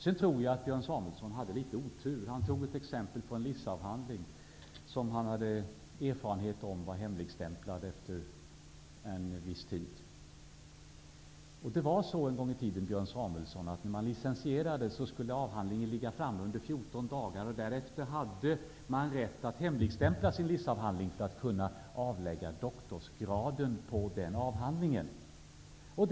Sedan tror jag att Björn Samuelson hade litet otur. Han tog upp ett exempel med en lic-avhandling. Han hade erfarit att den hade blivit hemligstämplad efter en viss tid. En gång i tiden, Björn Samuelson, kunde en avhandling som lades fram i samband med en licentiatexamen ligga framme under 14 dagar. Därefter hade studenten rätt att hemligstämpla lic-avhandlingen för att sedan kunna avlägga en doktorsexamen med den avhandlingen som grund.